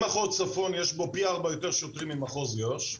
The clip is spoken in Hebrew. אם מחוז צפון יש בו פי ארבע יותר שוטרים ממחוז יו"ש,